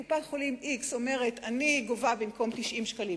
קופת-חולים x אומרת: אני גובה במקום 90 שקלים,